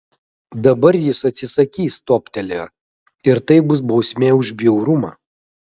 dabar jis atsisakys toptelėjo ir tai bus bausmė už bjaurumą